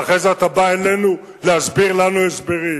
ואחרי זה אתה בא אלינו להסביר לנו הסברים.